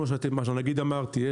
נגיד אמרתי,